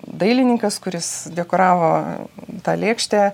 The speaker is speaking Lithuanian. dailininkas kuris dekoravo tą lėkštę